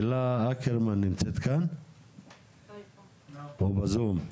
הילה אקרמן נמצאת כאן או בזום?